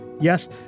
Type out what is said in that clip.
Yes